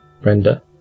Brenda